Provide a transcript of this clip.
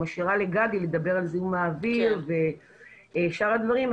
ואני משאירה לגדי לדבר על זיהום האוויר ושאר הדברים.